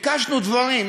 ביקשנו דברים,